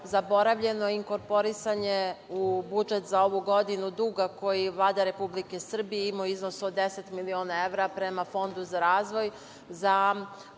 zaboravljeno inkorporisanje u budžet za ovu godinu duga koji Vlada Republike Srbije ima u iznosu od deset miliona evra prema Fondu za razvoj